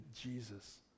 Jesus